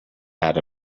had